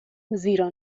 زیرا